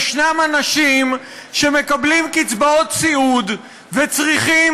יש אנשים שמקבלים קצבאות סיעוד וצריכים